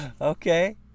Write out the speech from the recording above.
Okay